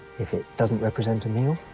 if it doesn't represent a meal,